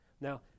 Now